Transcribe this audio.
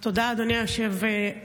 תודה, אדוני היושב-ראש.